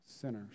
sinners